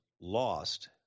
lost